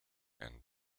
and